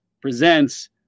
Presents